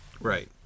Right